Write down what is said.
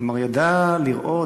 כלומר ידע לראות,